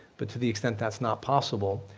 but to the extent that's not possible,